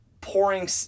pouring